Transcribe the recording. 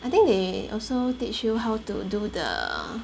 I think they also teach you how to do the